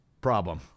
problem